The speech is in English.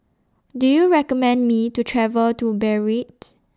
Do YOU recommend Me to travel to Beirut